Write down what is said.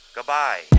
Goodbye